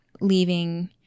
leaving